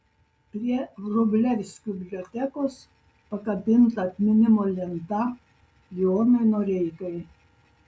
prie vrublevskių bibliotekos pakabinta atminimo lenta jonui noreikai